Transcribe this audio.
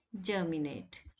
germinate